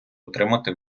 отримати